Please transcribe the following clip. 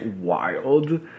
wild